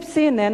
ב-CNN,